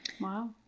Wow